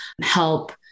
help